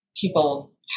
people